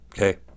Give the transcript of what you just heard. Okay